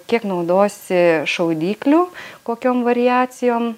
kiek naudosi šaudyklių kokiom variacijom